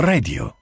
Radio